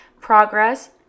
progress